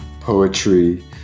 Poetry